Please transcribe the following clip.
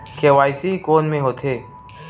KYC कोन में होथे?